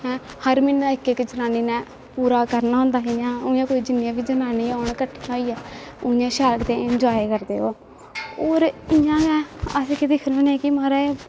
ऐं हर म्हीने इक इक जनानी ने पूरा करना होंदा जियां उ'यां कोई जिन्नियां बी जनानियां होन कट्ठियां होइयै उ'यां शैल इंजाए करदे ओह् होर इ'यां गै अस केह् दिक्खने होन्ने कि म्हाराज